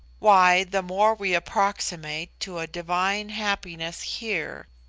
why, the more we approximate to a divine happiness here,